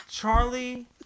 Charlie